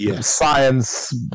science